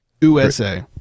USA